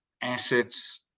assets